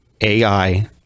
AI